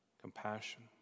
compassion